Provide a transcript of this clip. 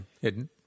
Hidden